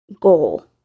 goal